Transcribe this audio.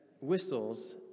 whistles